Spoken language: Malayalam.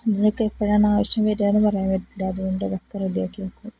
അതിനൊക്കെ എപ്പോഴാണ് ആവശ്യം വരികയെന്ന് പറയാൻ പറ്റില്ല അതുകൊണ്ടതൊക്കെ റെഡിയാക്കി വെയ്ക്കും